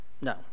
No